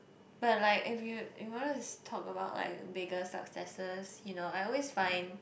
but like if you if you want to talk about like bigger successes you know I always find